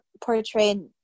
portrayed